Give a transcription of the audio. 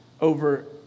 over